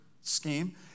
scheme